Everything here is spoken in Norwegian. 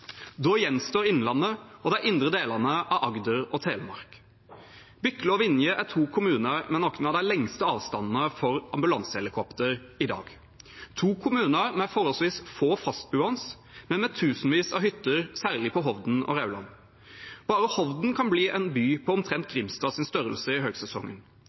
Da gjenstår Innlandet og de indre delene av Agder og Telemark. Bykle og Vinje er to kommuner med noen av de lengste avstandene for ambulansehelikopter i dag. Det er to kommuner med forholdsvis få fastboende, men med tusenvis av hytter, særlig på Hovden og Rauland. Bare Hovden kan bli en by på omtrent Grimstads størrelse i